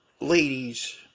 Ladies